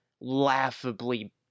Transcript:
laughably